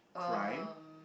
um